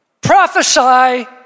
prophesy